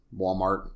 Walmart